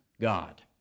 God